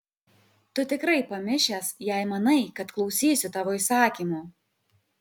tu tikrai pamišęs jei manai kad klausysiu tavo įsakymų